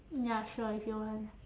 ya sure if you want